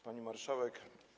Pani Marszałek!